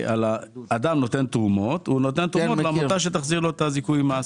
אדם נותן תרומות והעמותה תחזיר לו את הזיכוי ממס.